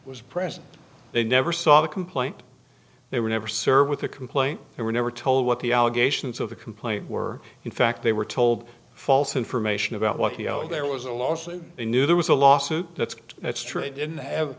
was present they never saw the complaint they were never served with a complaint and were never told what the allegations of the complaint were in fact they were told false information about what there was a loss and they knew there was a lawsuit that's that's true i didn't have